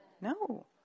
No